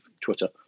Twitter